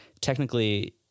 technically